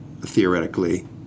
theoretically